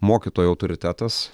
mokytojo autoritetas